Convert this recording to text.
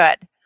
good